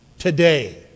Today